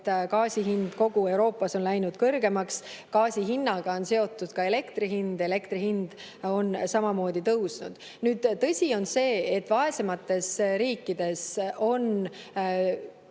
gaasi hind kogu Euroopas on läinud kõrgemaks. Gaasi hinnaga on seotud elektri hind ja elektri hind on samamoodi tõusnud. Tõsi on see, et vaesemates riikides